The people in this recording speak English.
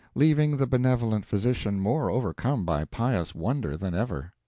leaving the benevolent physician more overcome by pious wonder than ever.